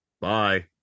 Bye